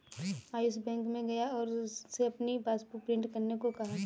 Ayush bank में गया और उससे अपनी पासबुक प्रिंट करने को कहा